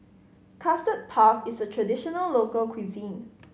Custard Puff is a traditional local cuisine